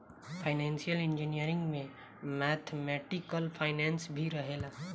financial engineering में mathematical finance भी रहेला